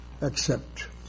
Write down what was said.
accept